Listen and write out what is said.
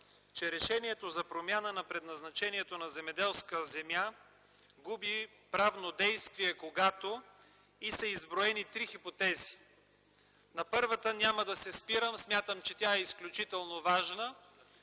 че решението за промяна на предназначението на земеделска земя губи правно действие, когато – и са изброени три хипотези. На първата няма да се спирам, смятам че тя е изключително важна